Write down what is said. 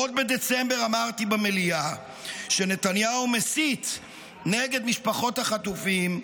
עוד בדצמבר אמרתי במליאה שנתניהו מסית נגד משפחות החטופים,